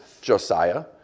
Josiah